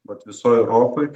mat visoj europoj